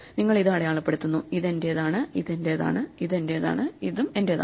നിങ്ങൾ ഇത് അടയാളപ്പെടുത്തുന്നു ഇത് എന്റേതാണ് ഇത് എന്റേതാണ് ഇത് എന്റേതാണ് ഇത് എന്റേതാണ്